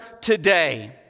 today